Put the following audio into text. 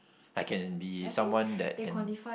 I can be someone that can